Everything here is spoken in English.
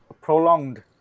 prolonged